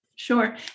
Sure